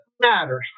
matter